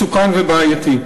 מסוכן ובעייתי.